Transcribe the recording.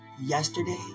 yesterday